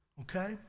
okay